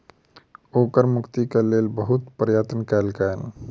ओ कर मुक्तिक लेल बहुत प्रयत्न कयलैन